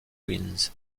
queens